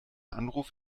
anruf